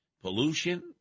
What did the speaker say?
Pollution